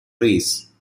trees